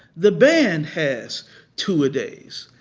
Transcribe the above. the band has two-a-days.